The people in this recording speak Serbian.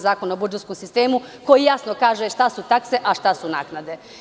Zakona o budžetskom sistemu koji jasno kaže šta su takse, a šta su naknade.